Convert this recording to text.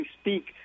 speak